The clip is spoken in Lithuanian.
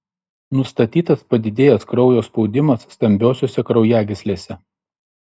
nustatytas padidėjęs kraujo spaudimas stambiosiose kraujagyslėse